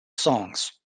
songs